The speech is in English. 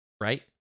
Right